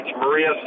Maria